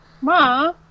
Ma